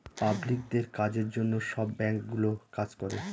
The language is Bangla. পাবলিকদের কাজের জন্য সব ব্যাঙ্কগুলো কাজ করে